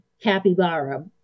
capybara